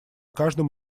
каждом